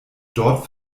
dort